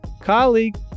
colleague